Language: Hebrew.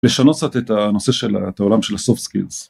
לשנות קצת את הנושא של, את העולם של הסופטסקילס.